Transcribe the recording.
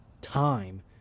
time